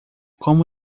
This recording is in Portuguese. como